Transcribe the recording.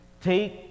Take